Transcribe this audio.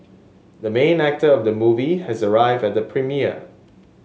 the main actor of the movie has arrived at the premiere